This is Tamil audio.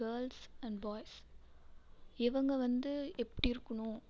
கேர்ள்ஸ் அண்ட் பாய்ஸ் இவங்க வந்து எப்படி இருக்கணும்